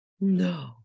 no